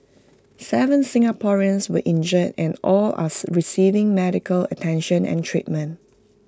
Seven Singaporeans were injured and all are receiving medical attention and treatment